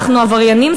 אנחנו עבריינים.